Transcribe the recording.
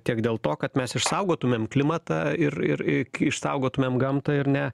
tiek dėl to kad mes išsaugotumėm klimatą ir ir išsaugotumėm gamtą ir ne